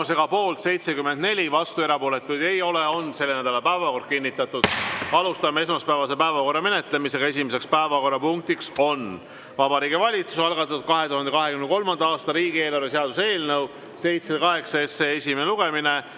Vabariigi Valitsuse algatatud 2023. aasta riigieelarve seaduse eelnõu 708 esimene lugemine.